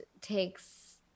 takes